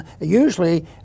usually